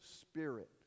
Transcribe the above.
Spirit